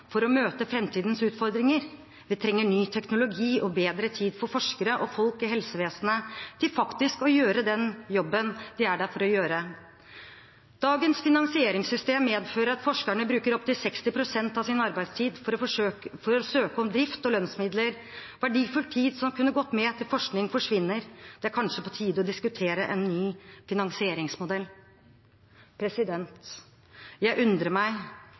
for å møte framtidens utfordringer. Vi trenger ny teknologi og bedre tid for forskerne og folk i helsevesenet til faktisk å gjøre den jobben de er der for å gjøre. Dagens finansieringssystem medfører at forskerne bruker opp til 60 pst. av sin arbeidstid til å søke om drift og lønnsmidler – verdifull tid som skulle gått med til forskning, forsvinner. Det er kanskje på tide å diskutere en ny finansieringsmodell. Jeg undrer meg: